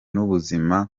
n’ubuzima